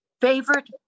favorite